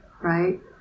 right